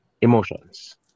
emotions